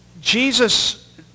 Jesus